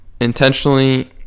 intentionally